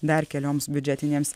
dar kelioms biudžetinėms